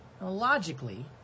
Logically